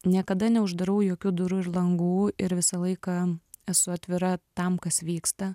niekada neuždarau jokių durų ir langų ir visą laiką esu atvira tam kas vyksta